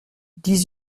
dix